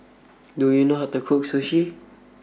do you know how to cook Sushi